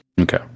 Okay